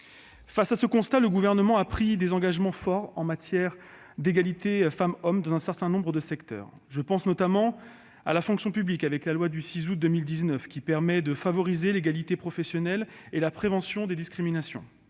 Face à ce constat, le Gouvernement a pris des engagements forts en matière d'égalité entre les femmes et les hommes dans un certain nombre de secteurs. Je pense à la fonction publique, avec la loi du 6 août 2019, qui favorise l'égalité professionnelle et la prévention des discriminations,